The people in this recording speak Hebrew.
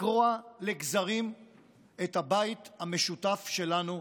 לקרוע לגזרים את הבית המשותף שלנו,